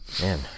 man